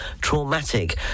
traumatic